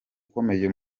ukomeye